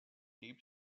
deep